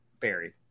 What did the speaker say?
Barry